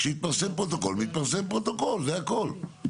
כשיתפרסם פרוטוקול מתפרסם פרוטוקול, זה הכול.